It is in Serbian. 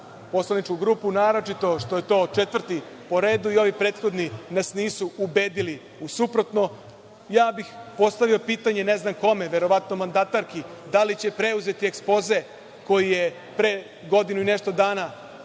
poslaničku grupu, naročito što je to četvrti po redu i ovi prethodni nas nisu ubedili u suprotno. Ja bih postavio pitanje, ne znam kome, verovatno mandatarki, da li će preuzeti ekspoze koji je pre godinu i nešto dana